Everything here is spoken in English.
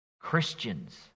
Christians